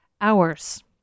Hours